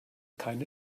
keine